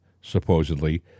supposedly